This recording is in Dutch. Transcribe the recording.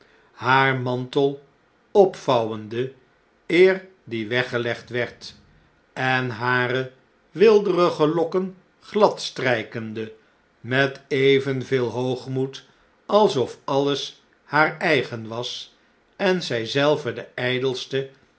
haar mantel opvouwende eer die weggelegd werd en hare weelderige lokken gladstrjjkende met evenveel hoogmoed alsof alles haar eigen was en zij zelve de